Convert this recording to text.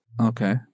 Okay